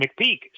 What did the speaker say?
McPeak